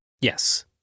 Yes